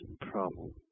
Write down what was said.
problem